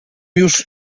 już